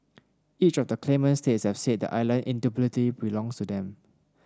each of the claimant states have said the island indubitably belongs to them